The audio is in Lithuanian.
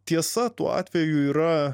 tiesa tuo atveju yra